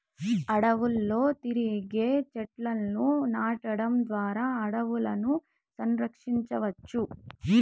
అడవులలో తిరిగి చెట్లను నాటడం ద్వారా అడవులను సంరక్షించవచ్చు